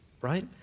right